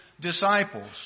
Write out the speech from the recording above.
disciples